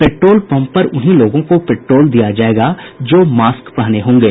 petrol pump पर उन्हीं लोगों को पेट्रोल दिया जायेगा जो मास्क पहने होंगे